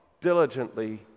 diligently